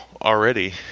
already